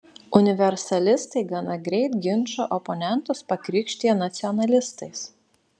universalistai gana greit ginčo oponentus pakrikštija nacionalistais